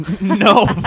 no